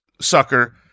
sucker